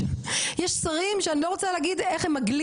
ויש דברים שאני לא רוצה להגיד איך הם מגלים